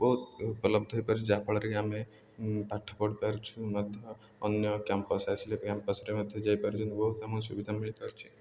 ବହୁତ ଉପଲବ୍ଧ ହେଇପାରୁଛି ଯାହାଫଳରେ କି ଆମେ ପାଠ ପଢ଼ି ପାରୁଛୁ ମଧ୍ୟ ଅନ୍ୟ କ୍ୟାମ୍ପସ୍ ଆସିଲେ ରେ ମଧ୍ୟ ଯାଇପାରୁଛନ୍ତି ବହୁତ ଆମ ସୁବିଧା ମିଳିପାରୁଛି